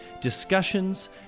discussions